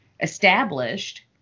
established